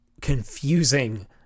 confusing